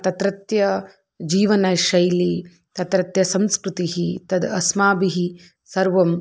तत्रत्य जीवनशैली तत्रत्य संस्कृतिः तद् अस्माभिः सर्वम्